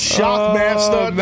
Shockmaster